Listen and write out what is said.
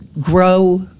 grow